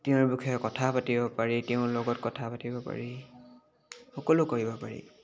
তেওঁৰ বিষয়ে কথা পাতিব পাৰি তেওঁৰ লগত কথা পাতিব পাৰি সকলো কৰিব পাৰি